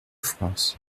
france